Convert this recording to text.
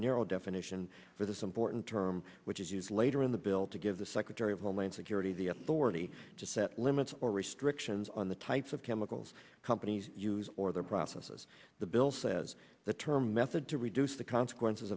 narrow definition for this important term which is used later in the bill to give the secretary of homeland security the authority to set limits or restrictions on the types of chemicals companies use or their processes the bill says the term method to reduce the consequences